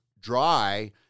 dry